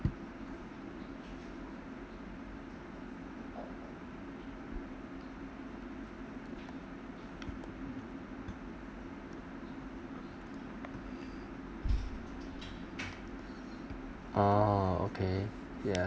oh okay ya